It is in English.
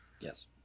Yes